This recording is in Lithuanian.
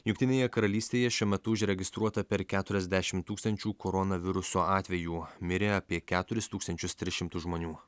jungtinėje karalystėje šiuo metu užregistruota per keturiasdešim tūkstančių koronaviruso atvejų mirė apie keturis tūkstančius tris šimtus žmonių